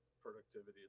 productivity